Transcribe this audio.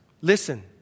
Listen